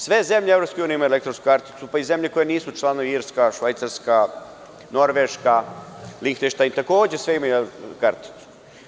Sve zemlje EU imaju elektronsku karticu, pa i zemlje koje nisu članovi, npr. Irska, Švajcarska, Norveška, Lihtenštajn, takođe sve imaju elektronsku karticu.